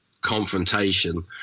confrontation